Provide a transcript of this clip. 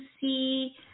see